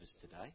today